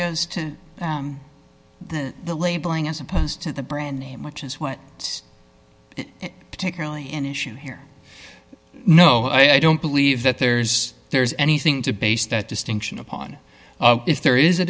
because the labeling as opposed to the brand name which is what particularly in issue here no i don't believe that there's there is anything to base that distinction upon if there is a